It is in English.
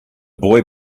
boy